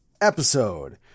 episode